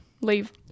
Leave